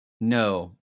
No